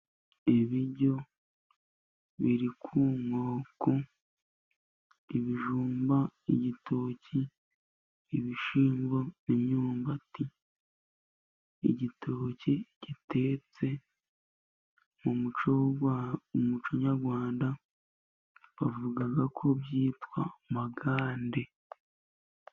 Ibiryo biri kunkoko ibijumba ,igitoki, ibishimbo imyumbati, igitoki gitetse mu muco nyarwanda bavuga ko byitwa magande.